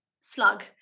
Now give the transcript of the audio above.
slug